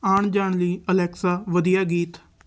ਆਉਣ ਜਾਣ ਲਈ ਅਲੈਕਸਾ ਵਧੀਆ ਗੀਤ